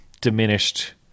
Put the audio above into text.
diminished